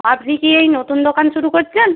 আপনি কি এই নতুন দোকান শুরু করছেন